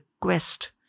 quest